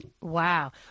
Wow